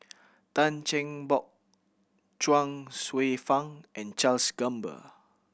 Tan Cheng Bock Chuang Hsueh Fang and Charles Gamba